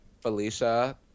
Felicia